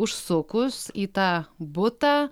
užsukus į tą butą